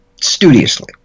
Studiously